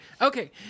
Okay